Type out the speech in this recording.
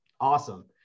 Awesome